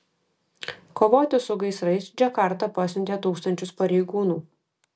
kovoti su gaisrais džakarta pasiuntė tūkstančius pareigūnų